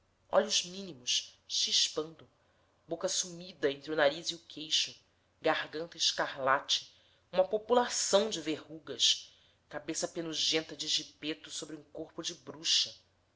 olhos mínimos chispando boca sumida entre o nariz e o queixo garganta escarlate uma população de verrugas cabeça penugenta de gipaeto sobre um corpo de bruxa